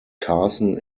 carson